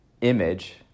image